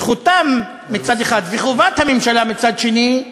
זכותם, מצד אחד, וחובת הממשלה, מצד שני,